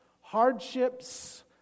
hardships